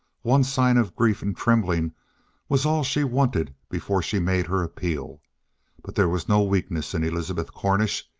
one sign of grief and trembling was all she wanted before she made her appeal but there was no weakness in elizabeth cornish,